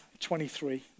23